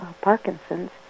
Parkinson's